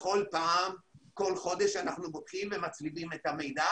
כל חודש אנחנו בודקים ומצליבים את המידע